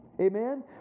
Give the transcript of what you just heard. Amen